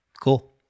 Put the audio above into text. cool